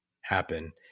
happen